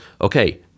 okay